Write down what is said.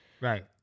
Right